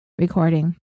recording